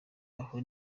aho